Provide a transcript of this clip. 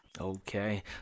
Okay